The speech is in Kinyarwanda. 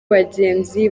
bagenzi